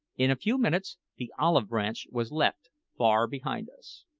in a few minutes the olive branch was left far behind us.